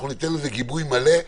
אנחנו ניתן לזה גיבוי מלא.